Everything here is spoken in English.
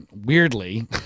weirdly